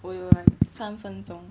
我有 like 三分钟